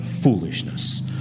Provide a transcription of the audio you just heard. foolishness